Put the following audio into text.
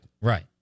Right